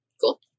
Cool